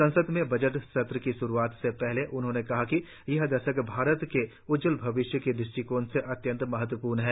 संसद में बजट सत्र की श्रूआत से पहले उन्होंने कहा कि यह दशक भारत के उज्ज्वल भविष्य की दृष्टि से अत्यंत महत्वपूर्ण है